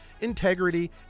integrity